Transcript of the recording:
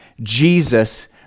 Jesus